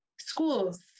schools